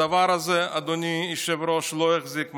הדבר הזה, אדוני היושב-ראש, לא יחזיק מעמד.